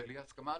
בלי הסכמה.